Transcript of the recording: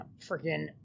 freaking